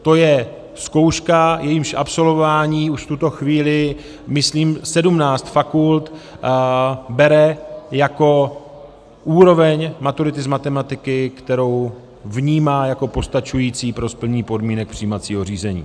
To je zkouška, jejímž absolvování už v tuto chvíli myslím 17 fakult bere jako úroveň maturity z matematiky, kterou vnímá jako postačující pro splnění podmínek přijímacího řízení.